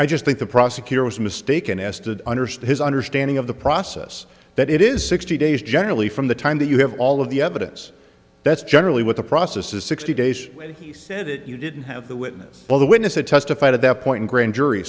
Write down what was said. i just think the prosecutor was mistaken as to understand his understanding of the process that it is sixty days generally from the time that you have all of the evidence that's generally what the process is sixty days and he said it you didn't have the witness well the witness had testified at that point grand jury